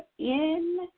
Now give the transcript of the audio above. in